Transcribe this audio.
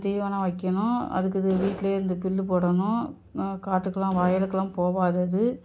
தீவனம் வைக்கணும் அதுக்கு இது வீட்டிலையே இருந்து புல்லு போடணும் ம காட்டுக்கெலாம் வயலுக்கெலாம் போகாது அது